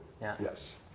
yes